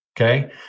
okay